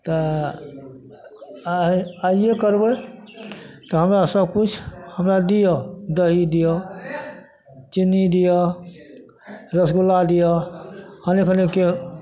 तऽ आइ आइये करबै तऽ हमरा सबकिछु हमरा दिअ दही दिअ चीनी दिअ रसगुल्ला दिअ